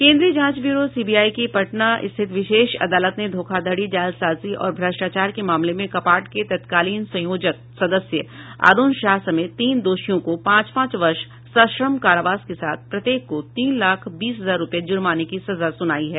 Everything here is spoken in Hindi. केंद्रीय जांच ब्यूरो सीबीआई की पटना स्थित विशेष अदालत ने धोखाधड़ी जालसाजी और भ्रष्टाचार के मामले में कपार्ट के तत्कालीन संयोजक सदस्य अरुण शाह समेत तीन दोषियों को पांच पांच वर्ष सश्रम कारावास के साथ प्रत्येक को तीन लाख बीस हजार रुपये जुर्माने की सजा सुनाई है